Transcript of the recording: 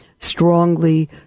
strongly